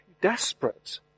desperate